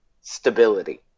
stability